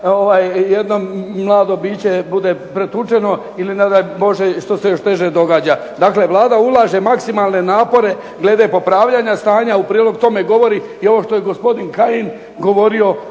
jedan mlado biće bude pretučeno ili ne daj Bože što se još teže događa. Dakle, Vlada ulaže maksimalne napore glede popravljanja stanja. u prilog tome govori i ovo što je gospodin Kajin govorio